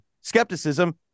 skepticism